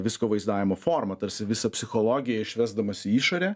visko vaizdavimo forma tarsi visą psichologiją išvesdamas į išorę